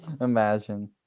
Imagine